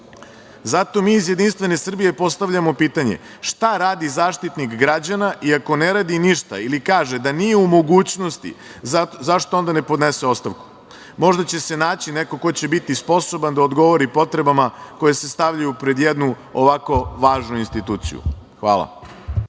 mi iz JS postavljamo pitanje, šta radi Zaštitnik građana i ako ne radi ništa, ili kaže da nije u mogućnosti, zašto onda ne podnese ostavku? Možda će se naći neko ko će biti sposoban da odgovori potrebama koje se stavljaju pred jednu ovako važnu instituciju. Hvala.